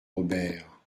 robert